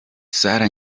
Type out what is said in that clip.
sara